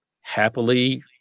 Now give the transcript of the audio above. happily